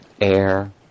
air